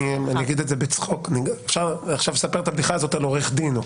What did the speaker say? אני אספר עכשיו את הבדיחה על עורך דין.